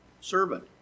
servant